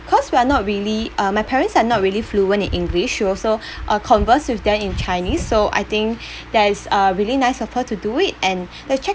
cause we are not really uh my parents are not really fluent in english she also uh conversed with them in chinese so I think there is uh really nice of her to do it and the check